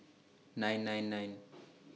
nine nine nine